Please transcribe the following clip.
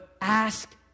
Ask